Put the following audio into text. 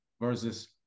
versus